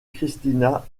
christina